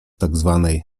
tzw